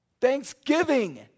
Thanksgiving